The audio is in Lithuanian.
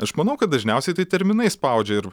aš manau kad dažniausiai tai terminai spaudžia ir